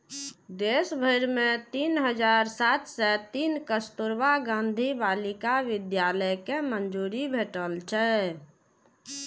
देश भरि मे तीन हजार सात सय तीन कस्तुरबा गांधी बालिका विद्यालय कें मंजूरी भेटल छै